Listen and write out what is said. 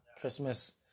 Christmas